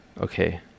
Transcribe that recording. okay